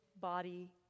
body